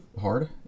hard